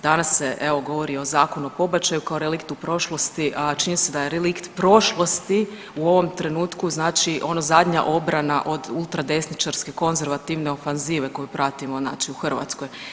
Danas se evo, govori o Zakonu o pobačaju kao reliktu prošlosti, a čini se da je relikt prošlosti u ovom trenutku znači ono zadnja obrana od ultradesničarske konzervativne ofanzive koju pratimo znači u Hrvatskoj.